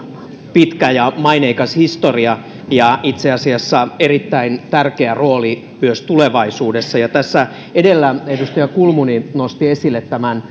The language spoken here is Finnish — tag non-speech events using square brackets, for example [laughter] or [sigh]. pitkä ja maineikas historia ja itse asiassa erittäin tärkeä rooli myös tulevaisuudessa tässä edellä edustaja kulmuni nosti esille tämän [unintelligible]